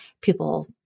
people